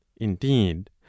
Indeed